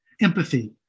empathy